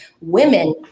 Women